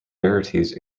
rarities